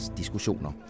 diskussioner